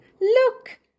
Look